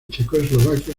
checoslovaquia